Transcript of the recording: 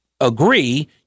Agree